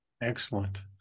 Excellent